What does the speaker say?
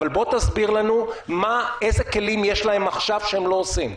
אבל תסביר לנו איזה כלים יש להם עכשיו שהם לא עושים.